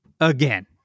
Again